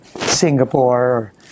Singapore